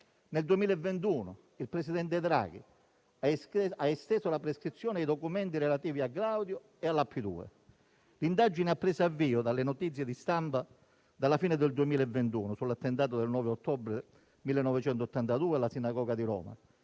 nel 2021 il presidente Draghi ha esteso la prescrizione ai documenti relativi a Gladio e alla P2. L'indagine ha preso avvio dalle notizie di stampa della fine del 2021 sull'attentato del 9 ottobre 1982 alla Sinagoga di Roma.